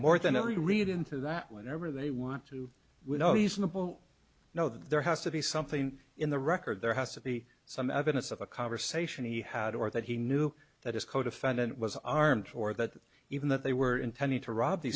more than every read into that whatever they want to with no reasonable no there has to be something in the record there has to be some evidence of a conversation he had or that he knew that his codefendant was armed or that even that they were intending to rob th